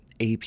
AP